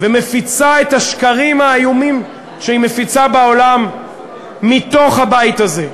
ומפיצה את השקרים האיומים שהיא מפיצה בעולם מתוך הבית הזה,